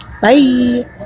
bye